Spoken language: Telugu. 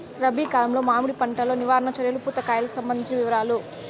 రబి కాలంలో మామిడి పంట లో నివారణ చర్యలు పూత కాయలకు సంబంధించిన వివరాలు?